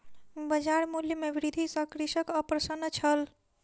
बजार मूल्य में वृद्धि सॅ कृषक अप्रसन्न छल